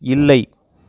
இல்லை